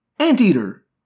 Anteater